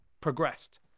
progressed